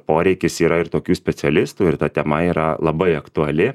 poreikis yra ir tokių specialistų ir ta tema yra labai aktuali